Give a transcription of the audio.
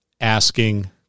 asking